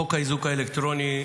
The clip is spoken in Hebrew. חוק האיזוק האלקטרוני,